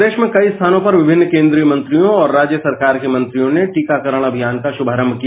प्रदेश में कई स्थानों पर विभिन्न केन्द्रीय मंत्रियों और राज्य सरकार के मंत्रियों ने टीकाकरण अभियान का शुभारंभ किया